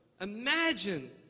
imagine